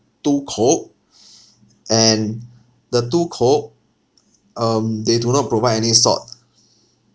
two coke and the two coke um they do not provide any salt